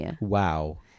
Wow